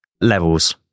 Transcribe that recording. levels